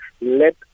Let